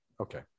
Okay